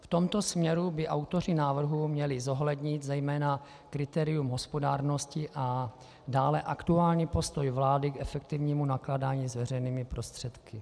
V tomto směru by autoři návrhu měli zohlednit zejména kritérium hospodárnosti a dále aktuální postoj vlády k efektivnímu nakládání s veřejnými prostředky.